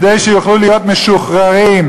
כדי שיוכלו להיות משוחררים.